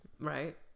right